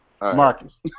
Marcus